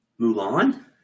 Mulan